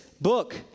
book